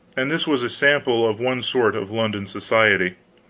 and this was a sample of one sort of london society.